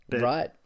right